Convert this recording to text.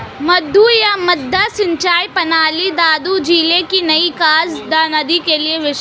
मद्दू या मड्डा सिंचाई प्रणाली दादू जिले की नई गज नदी के लिए विशिष्ट है